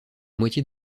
moitié